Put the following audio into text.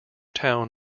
town